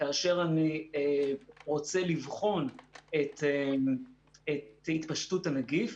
כאשר אני רוצה לבחון את התפשטות הנגיף,